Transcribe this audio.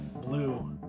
Blue